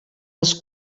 les